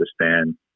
understand